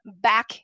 back